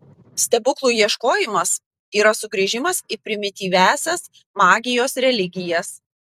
stebuklų ieškojimas yra sugrįžimas į primityviąsias magijos religijas